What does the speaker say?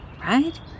right